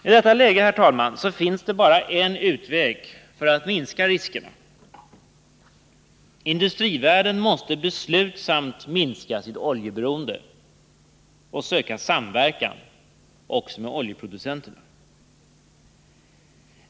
I detta läge, herr talman, finns bara en utväg för att minska riskerna: industrivärlden måste beslutsamt minska sitt oljeberoende och söka samverkan också med oljeproducenterna.